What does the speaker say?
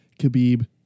Khabib